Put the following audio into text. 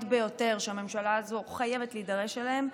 ביותר שהממשלה הזו חייבת להידרש אליהן,